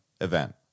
event